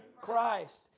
Christ